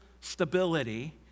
stability